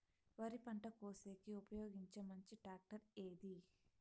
వరి పంట కోసేకి ఉపయోగించే మంచి టాక్టర్ ఏది?